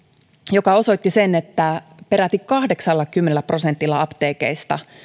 joka osoitti sen että peräti kahdeksallakymmenellä prosentilla apteekeista